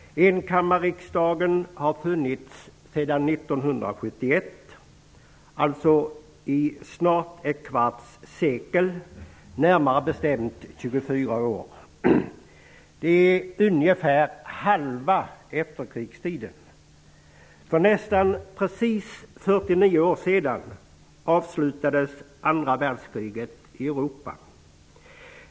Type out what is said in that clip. Enkammarriksdagen har funnits sedan 1971, alltså i snart ett kvarts sekel -- närmare bestämt i 24 år. Det är ungefär halva efterkrigstiden. För nästan precis 49 år sedan avslutades andra världskriget i Europa.